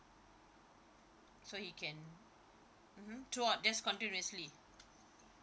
so he can mmhmm toward that's continuously